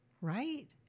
right